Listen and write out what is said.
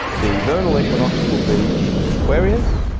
the vernal equinox will be in aquarius,